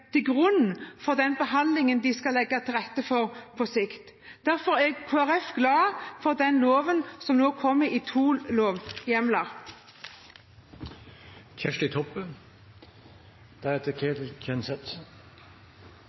til grunn for den behandlingen de skal legge til rette for på sikt. Derfor er Kristelig Folkeparti glad for den loven som nå kommer i